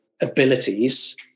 abilities